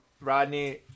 Rodney –